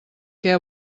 què